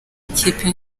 ikipe